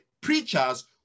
preachers